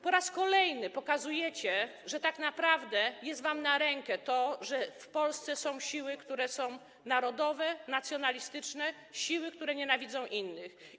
Po raz kolejny pokazujecie, że tak naprawdę jest wam na rękę to, że w Polsce są siły, które są narodowe, nacjonalistyczne, siły, które nienawidzą innych.